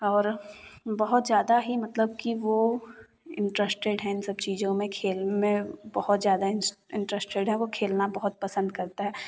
और बहुत ज़्यादा ही मतलब कि वो इंटरेस्टेड है इन सब चीज़ों के में खेल में बहुत ज़्यादा इंटरेस्टेड है वो खेलना बहुत पसंद करता है